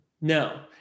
No